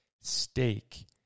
Steak